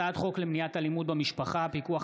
הצעת חוק למניעת אלימות במשפחה (פיקוח